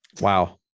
Wow